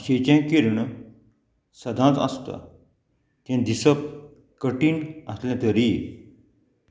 भाशेचें किर्ण सदांच आसता तें दिसप कठीण आसलें तरी